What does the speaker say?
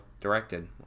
directed